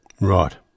Right